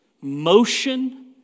motion